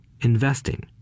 investing